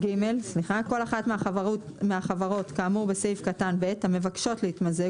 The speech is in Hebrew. כל אחת מהחברות כאמור בסעיף קטן (ב) המבקשות להתמזג